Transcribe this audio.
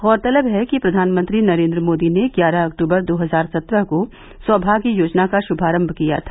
गौरतलब है कि प्रधानमंत्री नरेन्द्र मोदी ने ग्यारह अक्टूबर दो हजार सत्रह को सौमाग्य योजना का श्मारम्भ किया था